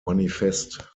manifest